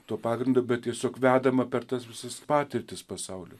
tuo pagrindu bet tiesiog vedama per tas visas patirtis pasaulio